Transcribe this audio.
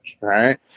Right